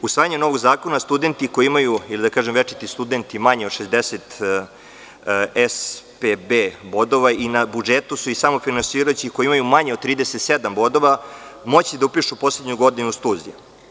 Usvajanjem novog zakona, studenti koji imaju, da kažem večiti studenti, manje od 60 ESPB bodova i na budžetu su i samofinansirajući koji imaju manje od 37 bodova, moći da upišu poslednju godinu studija.